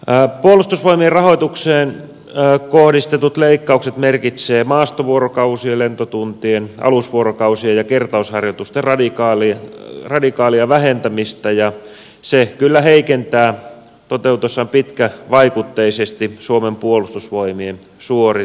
puolustusvoimien rahoitukseen kohdistetut leikkaukset merkitsevät maastovuorokausien lentotuntien alusvuorokausien ja kertausharjoitusten radikaalia vähentämistä ja se kyllä heikentää toteutuessaan pitkävaikutteisesti suomen puolustuvoimien suorituskykyä